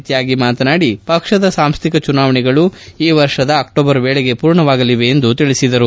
ತ್ಯಾಗಿ ಮಾತನಾಡಿ ಪಕ್ಷದ ಸಾಂಸ್ಥಿಕ ಚುನಾವಣೆಗಳು ಈ ವರ್ಷದ ಅಕ್ಷೋಬರ್ ವೇಳೆಗೆ ಪೂರ್ಣವಾಗಲಿದೆ ಎಂದು ತಿಳಿಸಿದರು